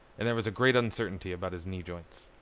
and there was a great uncertainty about his knee joints.